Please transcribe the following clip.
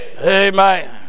Amen